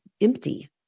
empty